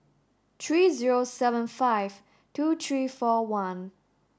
three zero seven five two three four one